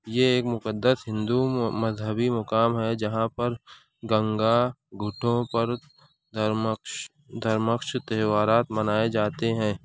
یہ ایک مقدس ہندو مذہبی مقام ہے جہاں پر گنگا گھٹوں پر دھرمکش دھرمکش تہوارات منائے جاتے ہیں